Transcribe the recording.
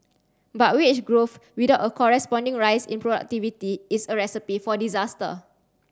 but wage growth without a corresponding rise in productivity is a recipe for disaster